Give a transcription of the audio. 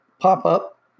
pop-up